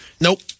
Nope